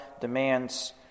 demands